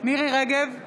מירי מרים רגב,